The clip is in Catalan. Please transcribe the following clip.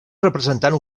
representant